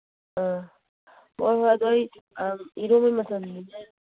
ꯑꯥ ꯍꯣꯏ ꯍꯣꯏ ꯑꯗꯨ ꯑꯩ ꯑꯥ ꯏꯔꯣꯟꯕꯒꯤ ꯃꯆꯟꯗꯨꯅꯦ